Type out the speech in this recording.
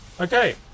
Okay